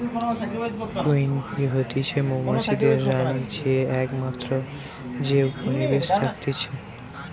queen bee হতিছে মৌমাছিদের রানী যে একমাত্র যে উপনিবেশে থাকতিছে